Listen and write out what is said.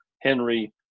Henry